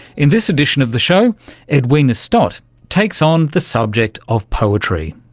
in this edition of the show edwina stott takes on the subject of poetry,